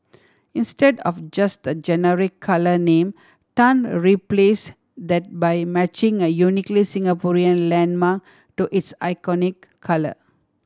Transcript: instead of just a generic colour name Tan replace that by matching a uniquely Singaporean landmark to its iconic colour